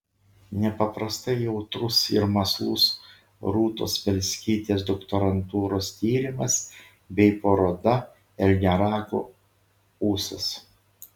nepaprastai jautrus ir mąslus rūtos spelskytės doktorantūros tyrimas bei paroda elniaragio ūsas